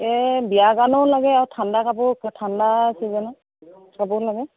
এই বিয়া কাৰণেও লাগে আৰু ঠাণ্ডা কাপোৰ ঠাণ্ডা ছিজনৰত কাপোৰ লাগে